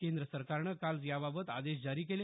केंद्र सरकारनं काल याबाबत आदेश जारी केले